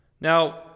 Now